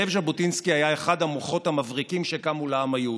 זאב ז'בוטינסקי היה אחד המוחות המבריקים שקמו לעם היהודי.